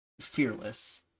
fearless